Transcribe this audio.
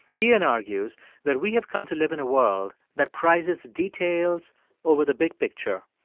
iain argues that we have come to live in a world that prizes details over the big picture,